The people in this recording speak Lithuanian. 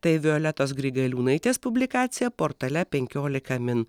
tai violetos grigaliūnaitės publikacija portale penkiolika min